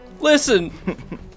Listen